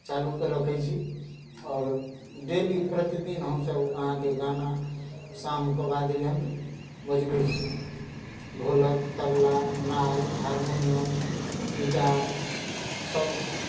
चालू रखै छी आओर डेली प्रतिदिन हमसभ अहाँके गाना शामके बाद बजबै छी ढोलक तबला नाल हारमोनियम गिटार सभ